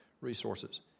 resources